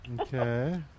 Okay